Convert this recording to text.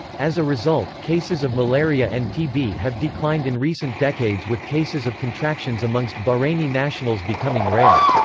as a result, cases of malaria and tb have declined in recent decades with cases of contractions amongst bahraini nationals becoming rare.